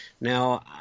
Now